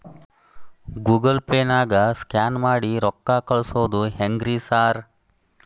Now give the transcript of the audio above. Google ಪೇನಾಗ scan ಮಾಡಿ ರೊಕ್ಕಾ ಕಳ್ಸೊದು ಹೆಂಗ್ರಿ ಸಾರ್?